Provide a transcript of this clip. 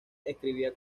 escribía